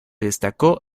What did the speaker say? destacó